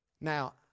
now